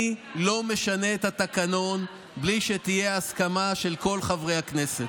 אני לא משנה את התקנון בלי שתהיה הסכמה של כל חברי הכנסת.